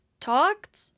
talked